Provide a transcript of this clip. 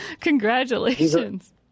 Congratulations